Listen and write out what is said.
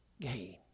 gain